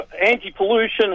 anti-pollution